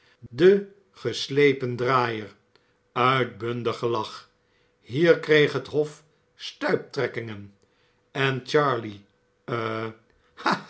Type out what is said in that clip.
de geslepen draaier uitbundig gelach hier kreeg het hof stuiptrekkingen eh charley